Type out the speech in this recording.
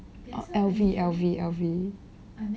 L_V L_V L_V